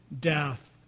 death